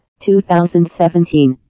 2017